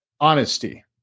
honesty